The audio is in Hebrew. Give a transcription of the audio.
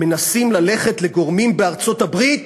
מנסים ללכת לגורמים בארצות-הברית,